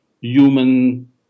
human